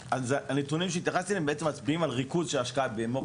הנתונים שהתייחסתי אליהם בעצם מצביעים על ריכוז של השקעה במו"פ